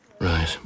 Right